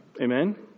Amen